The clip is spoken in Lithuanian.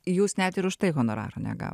jūs net ir už tai honoraro negavot